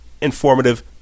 informative